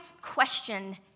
question